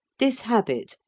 this habit,